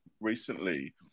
recently